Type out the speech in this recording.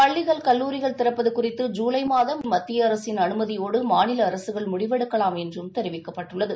பள்ளிகள் கல்லூரிகள் திறப்பதுகுறித்து ஜூலைமாத இறுதியில் மத்தியஅரசின் அனுமதியோடு மாநிலஅரசுகள் முடிவெடுக்கலாம் என்றும் தெரிவிக்கப்பட்டுள்ளது